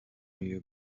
you